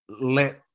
let